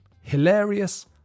hilarious